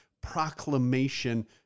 proclamation